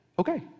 Okay